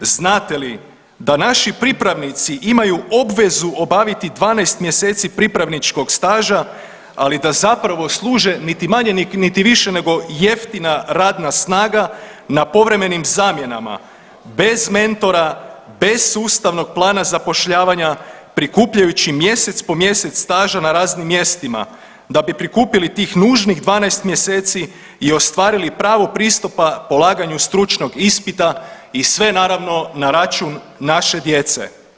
Znate li da naši pripravnici imaju obvezu obaviti 12 mjeseci pripravničkog staža, ali da zapravo služe niti manje niti više nego jeftina radna snaga na povremenim zamjenama bez mentora, bez sustavnog plana zapošljavanja prikupljajući mjesec po mjesec staža na raznim mjestima da bi prikupili tih nužnih 12 mjeseci i ostvarili pravo pristupa polaganju stručnog ispita i sve naravno na račun naše djece?